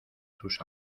sus